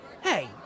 Hey